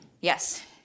Yes